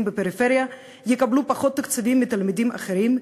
בפריפריה יקבלו פחות תקציבים מתלמידים אחרים,